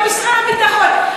זה משרד הביטחון.